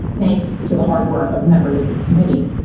thanks to the hard work of members of this committee.